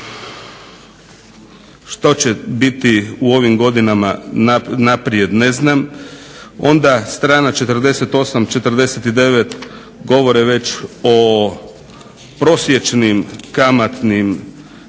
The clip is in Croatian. Što će biti u ovim godinama naprijed ne znam. Onda strana 48, 49 govore već o prosječnim kamatnim stopama